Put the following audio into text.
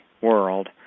World